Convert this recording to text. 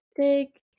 take